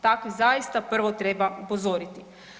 Takve zaista prvo treba upozoriti.